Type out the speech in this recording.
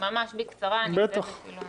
ממש בקצרה, אני אעשה את זה אפילו מהר.